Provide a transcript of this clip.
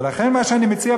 ולכן מה שאני מציע,